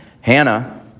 Hannah